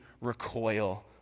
recoil